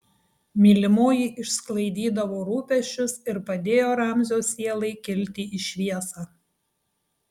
mylimoji išsklaidydavo rūpesčius ir padėjo ramzio sielai kilti į šviesą